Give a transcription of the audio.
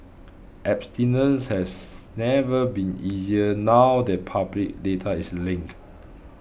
abstinence has never been easier now that public data is linked